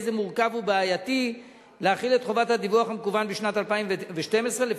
מורכב ובעייתי להחיל את חובת הדיווח המקוון בשנת 2012. לפיכך,